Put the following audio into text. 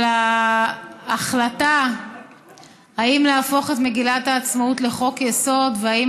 אבל ההחלטה אם להפוך את מגילת העצמאות לחוק-יסוד ואם